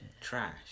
trash